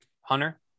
Hunter